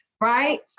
right